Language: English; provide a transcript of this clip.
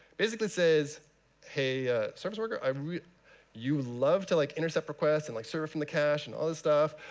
basically says hey service worker, you love to like intercept requests, and like surfing the cache and all this stuff,